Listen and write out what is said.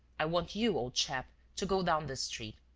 i want you, old chap, to go down this street.